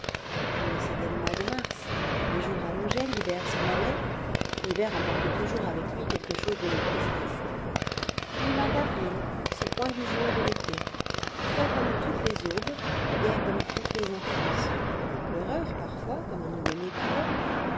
puis c'était le mois de mars les jours allongeaient l'hiver s'en allait l'hiver emporte toujours avec lui quelque chose de nos tristesses puis vint avril ce point du jour de l'été frais comme toutes les aubes gai comme toutes les enfances un peu pleureur parfois comme un nouveau-né qu'il est